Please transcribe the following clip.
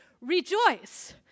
rejoice